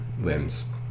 limbs